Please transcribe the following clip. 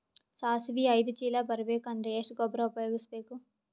ಸಾಸಿವಿ ಐದು ಚೀಲ ಬರುಬೇಕ ಅಂದ್ರ ಎಷ್ಟ ಗೊಬ್ಬರ ಉಪಯೋಗಿಸಿ ಬೇಕು?